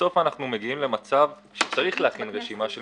בסוף אנחנו מגיעים למצב שצריך להכין רשימה של